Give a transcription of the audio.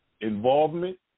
involvement